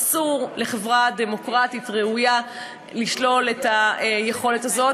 אסור לחברה דמוקרטית ראויה לשלול את היכולת הזו.